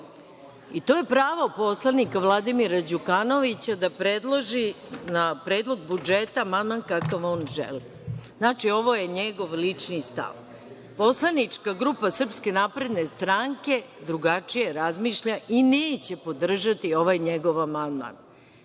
i to je pravo poslanika Vladimira Đukanovića da predloži na predlog budžeta, amandman kakva on želi. Znači, ovo je njegov lični stav. Poslanička grupa SNS, drugačije razmišlja i neće podržati ovaj njegov amandman.